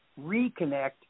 reconnect